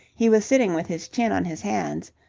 he was sitting with his chin on his hands,